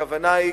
הכוונה היא,